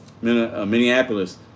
Minneapolis